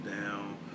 down